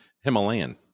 Himalayan